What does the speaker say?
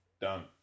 done